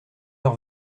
leur